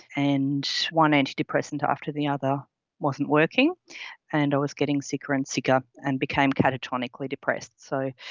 and one antidepressant after the other wasn't working and i was getting sicker and sicker and became catatonically depressed. so,